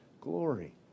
glory